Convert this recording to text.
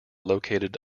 located